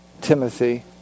Timothy